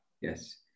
Yes